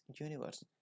universe